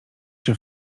się